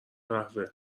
قهوه